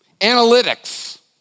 analytics